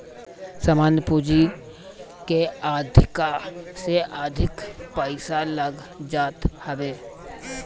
सामान्य पूंजी के अधिका से अधिक पईसा लाग जात हवे